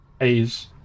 A's